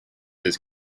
his